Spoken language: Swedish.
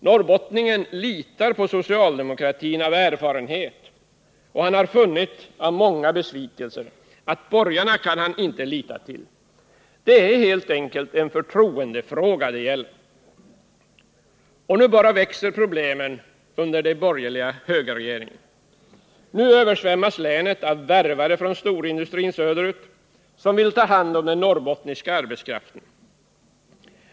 Norrbottningen litar på socialdemokratin av erfarenhet och har funnit av många besvikelser att borgarna kan han inte lita till. Det är helt enkelt en förtroendefråga. Och nu bara växer problemen under den nya borgerliga högerregeringen. Nu översvämmas länet av ”värvare” från storindustrin söderut, som vill ta hand om den norrbottniska arbetskraften.